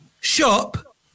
shop